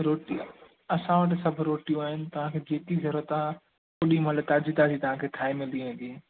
रोटी असां वटि सभु रोटियूं आहिनि तव्हांखे जेकी ज़रूरत आहे ओॾीमहिल ताज़ी ताज़ी तव्हांखे ठाहे मिली वेंदी